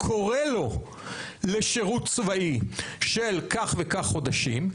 קורא לו לשירות צבאי של כך וכך חודשים,